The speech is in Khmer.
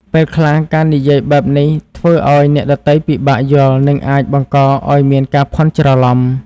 ពេលខ្លះ ការនិយាយបែបនេះធ្វើឱ្យអ្នកដទៃពិបាកយល់និងអាចបង្កឱ្យមានការភ័ន្តច្រឡំ។